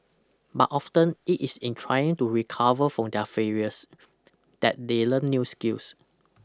but often it is in trying to recover from their failures that they learn new skills